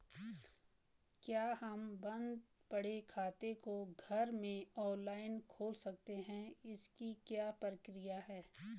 क्या हम बन्द पड़े खाते को घर में ऑनलाइन खोल सकते हैं इसकी क्या प्रक्रिया है?